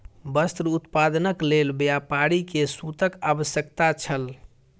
वस्त्र उत्पादनक लेल व्यापारी के सूतक आवश्यकता छल